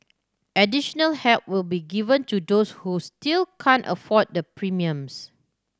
additional help will be given to those who still can't afford the premiums